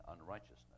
unrighteousness